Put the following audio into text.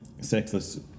sexless